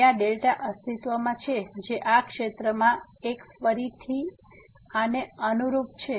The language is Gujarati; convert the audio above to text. તેથી ત્યાં અસ્તિત્વમાં છે જે આ ક્ષેત્રમાં આ એક ફરીથી આને અનુરૂપ છે